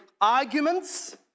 arguments